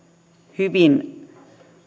hyvin